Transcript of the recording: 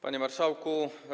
Panie Marszałku!